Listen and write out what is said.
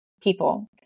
people